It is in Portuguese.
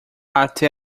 até